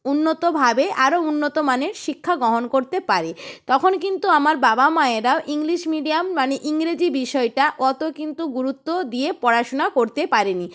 উন্নতভাবে আরও উন্নতমানের শিক্ষা গহণ করতে পারে তখন কিন্তু আমার বাবা মায়েরা ইংলিশ মিডিয়াম মানে ইংরেজি বিষয়টা অতো কিন্তু গুরুত্ব দিয়ে পড়াশোনা করতে পারেনি